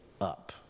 up